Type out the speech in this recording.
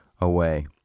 away